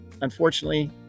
Unfortunately